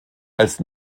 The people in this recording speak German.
als